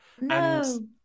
No